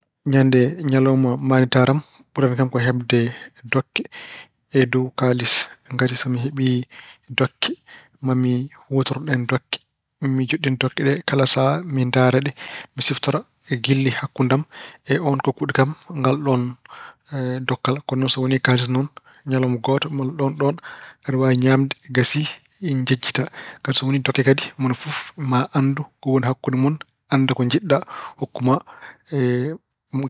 Ñande ñalawma maanditaare am, ɓurani kam ko heɓde dokke e dow kaalis. Ngati so mi heɓii dokke maa mi huutore ɗeen dokke. Maa mi joɗɗin dokke ɗee kala sahaa mi ndaara ɗe, mi siftora giɗli hakkunde am e oon kokkuɗo kam ngalɗoon dokkal. Kono noon so woni kaalis noon, ñalawma gooto, maa ɗoon ɗoon mbeɗa waawi ñaamde, gasi, njejjitaa. Kadi so woni dokke kadi, moni fof maa anndu ko woni hakkunde mon, annda ko jiɗɗa, hokku ma.